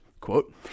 Quote